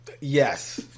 Yes